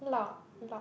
lau lau